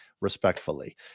respectfully